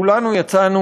כולנו יצאנו